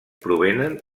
provenen